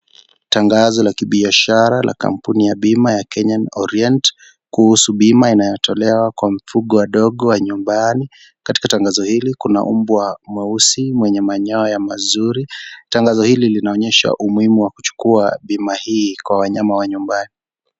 Tangazo la kibiashara la kampuni ya bima ya Kenya Orient , kuhusu bima inayotolewa kwa mifugo wadogo wa nyumbani. Katika tangazo hili kuna mbwa mweusi mwenye manyoya mazuri. Tangazo hili linaonyesha umuhimu wa kuchukua bima hii kwa wanyama wa nyumbani.